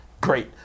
Great